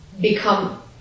become